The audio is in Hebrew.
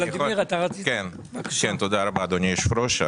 תודה רבה אדוני היושב ראש,